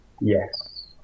yes